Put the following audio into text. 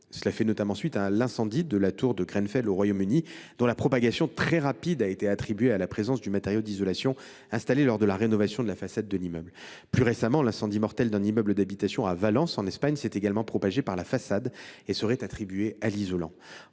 Elle fait notamment suite à l’incendie de la tour Grenfell, au Royaume Uni, dont la propagation très rapide a été attribuée à la présence du matériau d’isolation installé lors de la rénovation de la façade de l’immeuble. Plus récemment, l’incendie mortel d’un immeuble d’habitation à Valence, en Espagne, attribué à l’isolant, s’est également propagé par la façade. Les façades sont